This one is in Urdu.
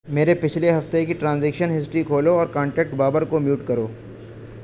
میرے پچھلے ہفتے کی ٹرانزیکشن ہسٹری کھولو اور کانٹیکٹ بابر کو میوٹ کرو